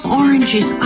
oranges